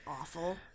awful